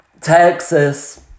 Texas